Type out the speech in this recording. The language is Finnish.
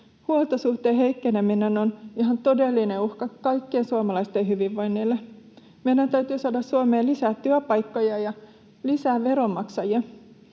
Huoltosuhteen heikkeneminen on ihan todellinen uhka kaikkien suomalaisten hyvinvoinnille. Meidän täytyy saada Suomeen lisää työpaikkoja ja lisää veronmaksajia.